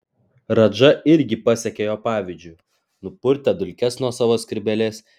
radža irgi pasekė jo pavyzdžiu nupurtė dulkes nuo savo skrybėlės